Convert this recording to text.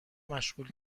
مشغول